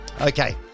Okay